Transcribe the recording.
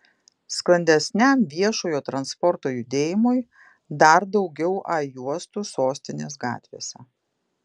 sklandesniam viešojo transporto judėjimui dar daugiau a juostų sostinės gatvėse